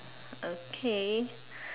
okay